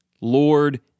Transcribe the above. Lord